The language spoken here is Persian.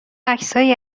عکسهایی